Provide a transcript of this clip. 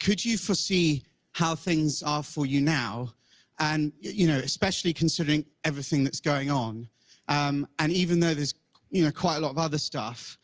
could you foresee how things are for you now and you know especially considering everything that's going on um and even though there's you know quite a lot of other stuff